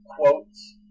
Quotes